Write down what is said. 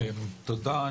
תודה.